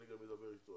אני גם אדבר אתו,